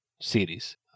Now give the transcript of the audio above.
series